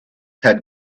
had